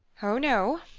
oh no!